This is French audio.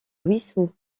ruisseau